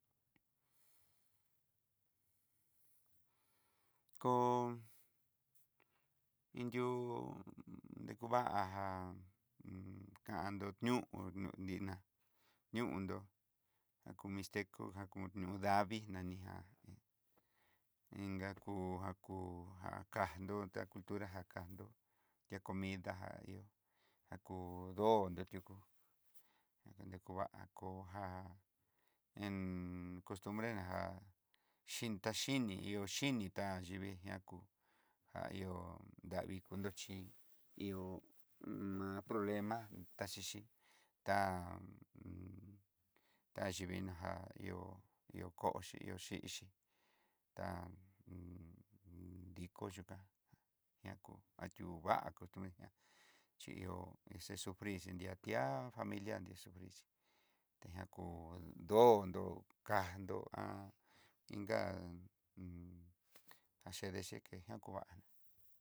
Ko inyu dekuvajan kandó ñiú nru nina, ñundó já ko mixteco já kú ñuu davii nani jan, je inka ngu akú jákasno tá cultura já kando yakomienda jan, ihó ja kú donró tiuku nekuva'a kó jan iin cost bre, na já xhin ta xhini ihó xhini tá ihó yivii nrakú ja ihó davii kuluxhi ihó a problema taxhixi tá tá yudvidna já ihó, ihó koxhi ihó xhixi ta diko yukán ña kó atiova'a kutu nejan chi ihó ne xa sufrir xhi nria ti'á familia nri ni sufrir xhí tejan ku donró, kando ga kachede cheke ja kuan.